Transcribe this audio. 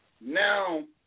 Now